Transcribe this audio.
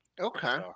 okay